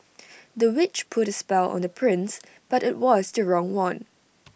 the witch put A spell on the prince but IT was the wrong one